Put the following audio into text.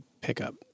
pickup